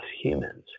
humans